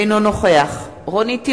אינו נוכח רונית תירוש,